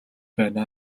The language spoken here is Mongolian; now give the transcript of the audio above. байна